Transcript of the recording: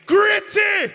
Gritty